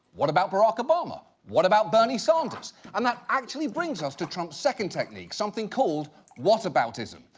what about barack obama? what about bernie sanders? and that actually brings us to trump's second technique, something called whataboutism.